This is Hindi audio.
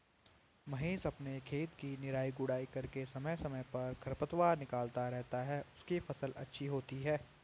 महेश अपने खेत की निराई गुड़ाई करके समय समय पर खरपतवार निकलता रहता है उसकी फसल अच्छी होती है